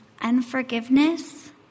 Unforgiveness